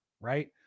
right